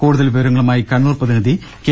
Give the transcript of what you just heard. കൂടുതൽ വിവരങ്ങളുമായി കണ്ണൂർ പ്രതിനിധി കെ